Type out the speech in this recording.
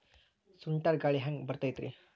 ಸುಂಟರ್ ಗಾಳಿ ಹ್ಯಾಂಗ್ ಬರ್ತೈತ್ರಿ?